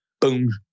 Boom